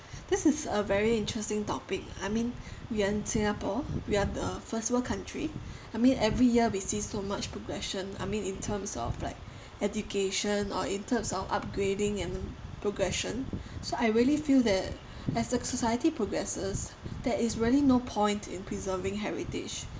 this is a very interesting topic I mean we are in singapore we are the first world country I mean every year we see so much progression I mean in terms of like education or in terms of upgrading and progression so I really feel that as a society progresses there is really no point in preserving heritage